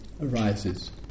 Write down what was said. arises